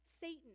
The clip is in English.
Satan